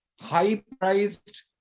high-priced